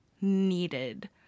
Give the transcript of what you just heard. needed